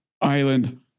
island